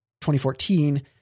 2014